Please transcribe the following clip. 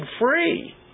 free